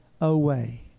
away